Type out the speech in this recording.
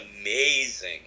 amazing